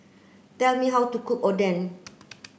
please tell me how to cook Oden